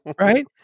right